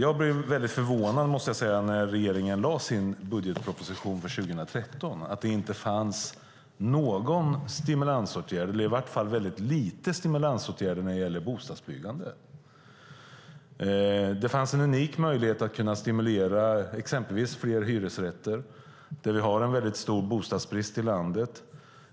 Jag blev mycket förvånad när regeringen lade fram sin budgetproposition för 2013 eftersom det inte fanns någon stimulansåtgärd, eller i alla fall väldigt lite stimulansåtgärder, när det gäller bostadsbyggandet. Det fanns en unik möjlighet att stimulera exempelvis byggandet av fler hyresrätter. Vi har en mycket stor bostadsbrist i landet.